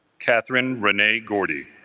katherine rene gordy